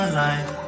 life